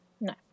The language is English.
No